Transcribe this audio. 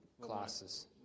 classes